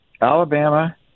Alabama